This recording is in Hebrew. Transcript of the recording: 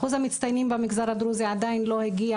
אחוז המצטיינים במגזר הדרוזי עדיין לא הגיע